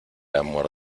amor